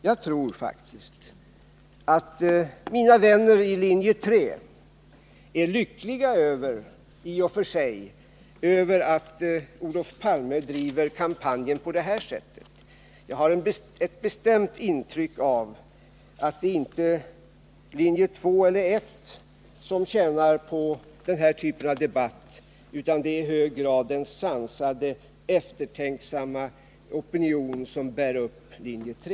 Jag tror att mina vänner i linje 3 i och för sig är lyckliga över att Olof Palme driver kampanjen på det här sättet — jag har ett bestämt intryck av att det inte är linje 2 eller linje 1 som tjänar på den typen av debatt, utan att det i hög grad är den sansade, eftertänksamma opinion som bär upp linje 3.